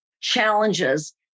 challenges